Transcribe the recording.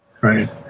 Right